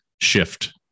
shift